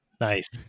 Nice